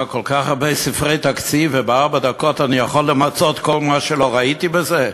כל כך הרבה ספרי תקציב ובארבע דקות אני יכול למצות כל מה שלא ראיתי בזה?